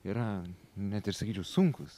yra net ir sakyčiau sunkūs